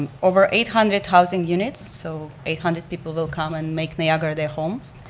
over eight hundred housing units, so eight hundred people will come and make niagara their homes.